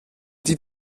die